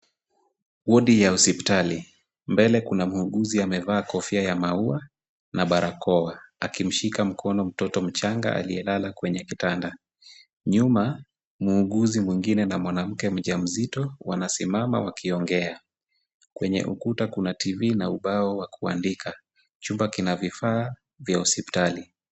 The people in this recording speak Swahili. Wodi ya hospitali, mbele kuna muuguzi amevaa kofia ya maua na barakoa akimshika mkono mtoto mchanga aliyelala kwenye kitanda. Nyuma muuguzi mwingine na mwanamke mjamzito wanasimama wakiongea. Kwenye ukuta kuna TV na ubao wa kuandika. Chumba kina vifaa vya hospitali.